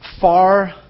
far